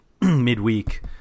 midweek